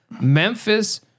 Memphis